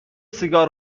سیگار